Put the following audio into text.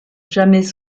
jamais